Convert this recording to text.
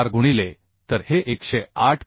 4 गुणिले तर हे 108